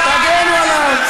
תגנו עליו.